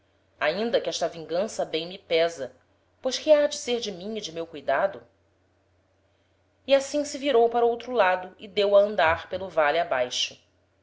ainda que esta vingança bem me pésa pois que ha de ser de mim e de meu cuidado e assim se virou para outro lado e deu a andar pelo vale abaixo